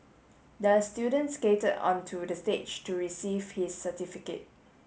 the student skated onto the stage to receive his certificate